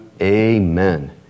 amen